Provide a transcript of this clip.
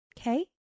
Okay